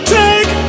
take